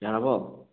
ꯌꯥꯔꯕꯣ